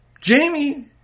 Jamie